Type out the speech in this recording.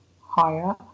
higher